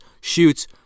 shoots